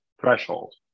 threshold